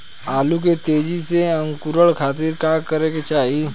आलू के तेजी से अंकूरण खातीर का करे के चाही?